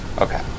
okay